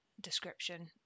description